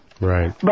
Right